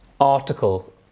article